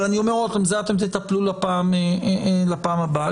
אבל בזה תטפלו לפעם הבאה.